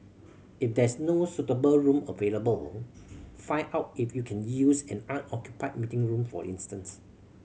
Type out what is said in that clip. if there is no suitable room available find out if you can use an unoccupied meeting room for instance